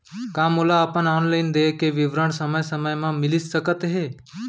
का मोला अपन ऑनलाइन देय के विवरण समय समय म मिलिस सकत हे?